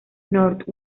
north